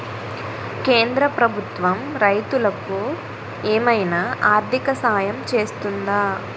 కేంద్ర ప్రభుత్వం రైతులకు ఏమైనా ఆర్థిక సాయం చేస్తుందా?